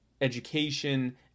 education